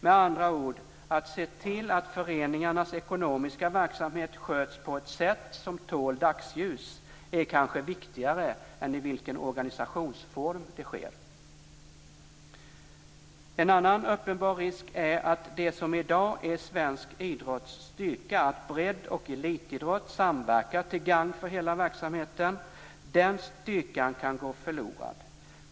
Med andra ord handlar det om att se till att föreningarnas ekonomiska verksamhet sköts på ett sätt som tål dagsljus. Det är kanske viktigare än i vilken organisationsform det sker. En annan uppenbar risk är att det som i dag är svensk idrotts styrka, nämligen att bredd och elitidrott samverkar till gagn för hela verksamheten, kan gå förlorad.